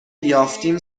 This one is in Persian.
یافتیم